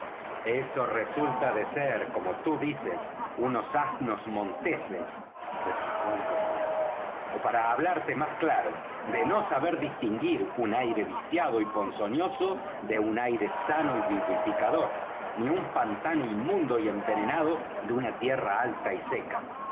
eso resulta de ser como tú dices unos asnos monteses replicó el doctor ó para hablarte más claro de no saber distinguir un aire viciado y ponzoñoso de un aire sano y vivificador ni un pantano inmundo y envenenado de una tierra alta y seca